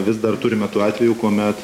vis dar turime tų atvejų kuomet